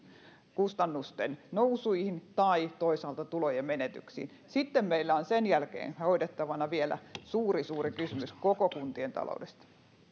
kustannusten nousuihin tai toisaalta tulojen menetyksiin sitten meillä on sen jälkeen hoidettavana vielä suuri suuri kysymys koko kuntien taloudesta